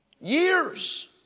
Years